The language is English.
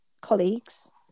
colleagues